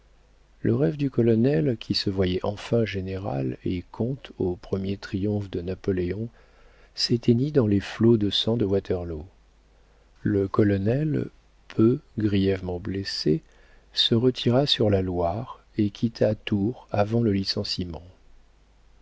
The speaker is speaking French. le rêve du colonel qui se voyait enfin général et comte au premier triomphe de napoléon s'éteignit dans les flots de sang de waterloo le colonel peu grièvement blessé se retira sur la loire et quitta tours avant le licenciement